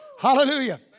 Hallelujah